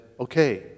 okay